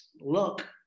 look